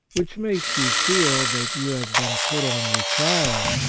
which makes you feel that you have been put on your trial,